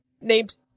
named